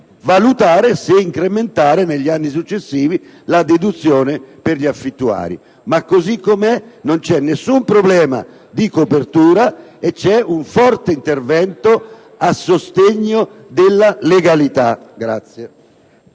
valutare se incrementare negli anni successivi la deduzione per gli affittuari; ma per com'è formulata tale proposta non c'è nessun problema di copertura e c'è un forte intervento a sostegno della legalità.